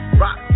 rock